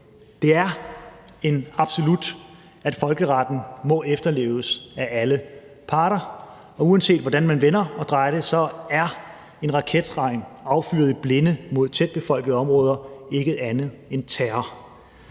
Det er et absolut, at folkeretten må efterleves af alle parter. Og uanset hvordan man vender og drejer det, er en raketregn affyret i blinde mod tæt befolkede områder ikke andet end terror.